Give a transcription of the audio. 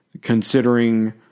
considering